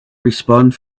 respond